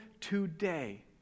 today